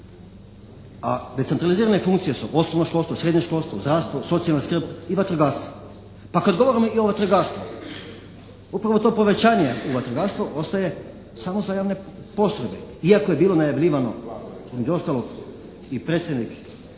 a decentralizirane funkcije su osnovno školstvo, srednje školstvo, zdravstvo, socijalna skrb i vatrogastvo. Pa kad govorimo i o vatrogastvu upravo to povećanje u vatrogastvu ostaje samo za javne postrojbe, iako je bilo najavljivano između ostalog i predsjednik